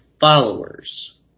followers